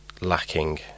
lacking